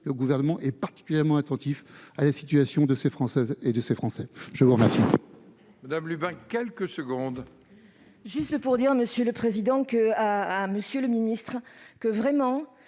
le Gouvernement étant particulièrement attentif à la situation de ces Françaises et de ces Français. La parole